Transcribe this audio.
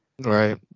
right